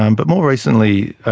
um but more recently,